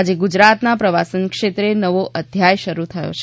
આજે ગુજરાતના પ્રવાસન ક્ષેત્રે નવો અધ્યાય શરૂ થયો છે